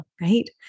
right